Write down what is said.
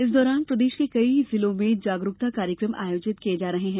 इस दौरान प्रदेश के कई जिलों में जागरूकता कार्यक्रम आयोजित किये जा रहे हैं